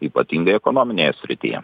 ypatingai ekonominėje srityje